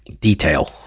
Detail